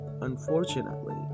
unfortunately